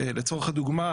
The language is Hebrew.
לצורך הדוגמה,